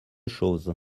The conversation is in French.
chose